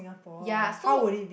ya so